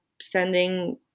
sending –